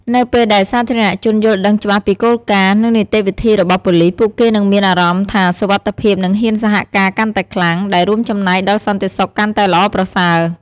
នៅពេលដែលសាធារណជនយល់ដឹងច្បាស់ពីគោលការណ៍ និងនីតិវិធីរបស់ប៉ូលិស ពួកគេនឹងមានអារម្មណ៍ថាសុវត្ថិភាព និងហ៊ានសហការកាន់តែខ្លាំង ដែលរួមចំណែកដល់សន្តិសុខកាន់តែល្អប្រសើរ។